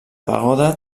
pagoda